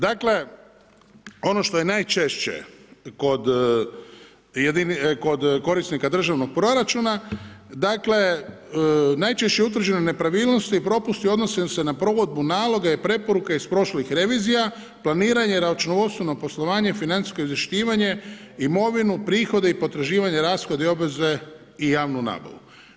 Dakle, ono što je najčešće kod jedinica, kod korisnika državnog korisnika, dakle najčešće utvrđene nepravilnosti i propusti odnose se na provedbu naloga i preporuka iz prošlih revizija, planiranje računovodstveno poslovanje, financijsko izvješćivanje, imovinu, prihode i potraživanje, rashode i obveze i javnu nabavu.